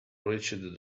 reached